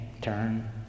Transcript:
turn